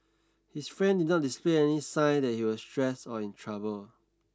his friend did not display any sign that he was stressed or in trouble